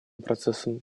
процессом